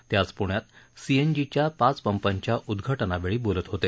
ते आज प्ण्यात सीएनजीच्या पाच पंपांच्या उद्धाटनावेळी बोलत होते